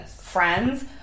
friends